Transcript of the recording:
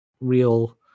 real